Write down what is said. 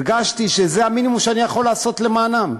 הרגשתי שזה המינימום שאני יכול לעשות למענם.